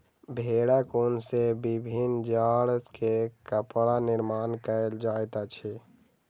भेड़क ऊन सॅ विभिन्न जाड़ के कपड़ा निर्माण कयल जाइत अछि